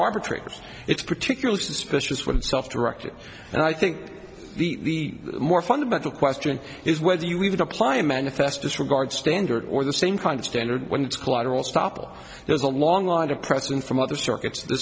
arbitrator's it's particularly suspicious when self directed and i think the more fundamental question is whether you would apply a manifest disregard standard or the same kind of standard when it's collateral estoppel there's a long line of precedent from other circuits th